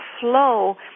flow